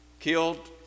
killed